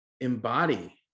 embody